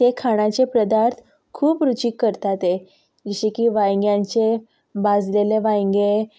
ते खाणाचे पदार्थ खूब रुचीक करतात ते जशे की वांयग्यांचे भाजलेले वांयगें